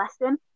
lesson